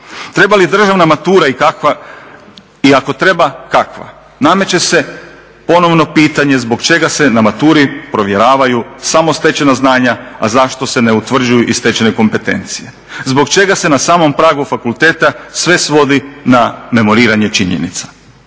Treba li državna matura i kakva i ako treba kakva. Nameće se ponovno pitanje zbog čega se na maturi provjeravaju samo stečena znanja, a zašto se ne utvrđuju i stečene kompetencije. Zbog čega se na samom pragu fakulteta sve svodi na memoriranje činjenica.